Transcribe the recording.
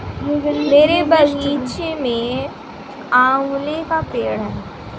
मेरे बगीचे में आंवले का पेड़ है